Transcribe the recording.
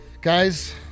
Guys